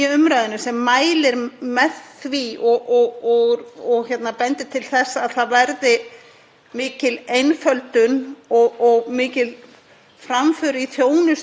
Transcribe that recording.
framför í þjónustu við alla þá sem sækja til Útlendingastofnunar eftir því sem innleiðingin á sér stað.